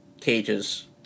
Cage's